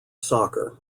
soccer